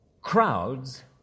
Crowds